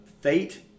Fate